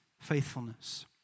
faithfulness